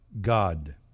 God